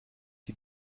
die